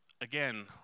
again